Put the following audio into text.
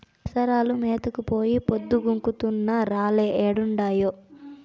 పసరాలు మేతకు పోయి పొద్దు గుంకుతున్నా రాలే ఏడుండాయో